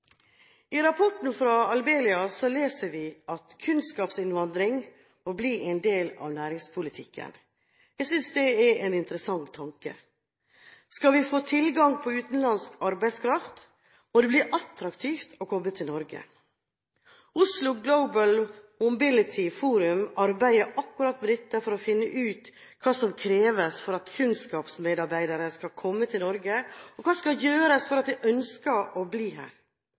I rapporten fra Abelia leser vi at kunnskapsinnvandring må bli en del av næringspolitikken. Jeg synes det er en interessant tanke. Skal vi få tilgang på utenlandsk arbeidskraft, må det bli attraktivt å komme til Norge. Oslo Global Mobility Forum arbeider akkurat med dette for å finne ut hva som kreves for at kunnskapsmedarbeidere skal komme til Norge, og hva som skal gjøres for at de ønsker å bli her.